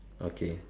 okay